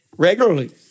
regularly